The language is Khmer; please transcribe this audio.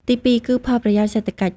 ទីពីរ គឺផលប្រយោជន៍សេដ្ឋកិច្ច។